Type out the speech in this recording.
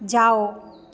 जाओ